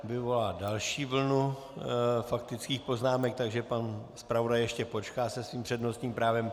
Vyvolala další vlnu faktických poznámek, takže pan zpravodaj ještě počká se svým přednostním právem.